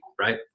right